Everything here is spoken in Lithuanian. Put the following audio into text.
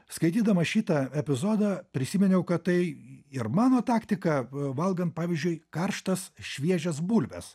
skaitydamas šitą epizodą prisiminiau kad tai ir mano taktika valgant pavyzdžiui karštas šviežias bulves